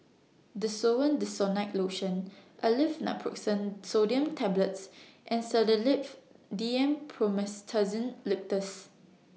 Desowen Desonide Lotion Aleve Naproxen Sodium Tablets and Sedilix D M Promethazine Linctus